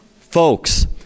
Folks